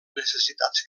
necessitats